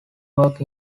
work